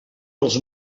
dels